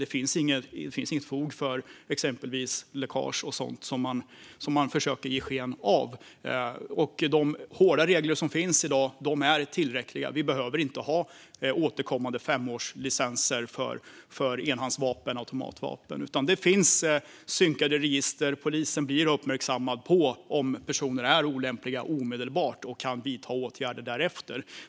Det finns inget fog för farhågor om exempelvis läckage, som man försöker ge sken av skulle kunna ske. De hårda regler som finns i dag är tillräckliga; vi behöver inte ha återkommande femårslicenser för enhandsvapen och automatvapen. Det finns synkade register, och polisen blir omedelbart uppmärksammad på om personer är olämpliga och kan vidta åtgärder därefter.